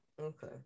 Okay